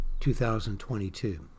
2022